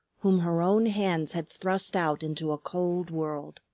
whom her own hands had thrust out into a cold world.